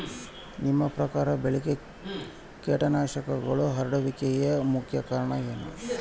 ನಿಮ್ಮ ಪ್ರಕಾರ ಬೆಳೆಗೆ ಕೇಟನಾಶಕಗಳು ಹರಡುವಿಕೆಗೆ ಮುಖ್ಯ ಕಾರಣ ಏನು?